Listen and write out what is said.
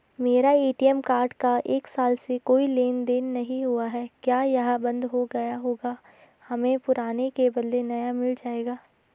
मेरा ATM card का एक साल से कोई लेन देन नहीं हुआ है क्या यह बन्द हो गया होगा हमें पुराने के बदलें नया मिल जाएगा?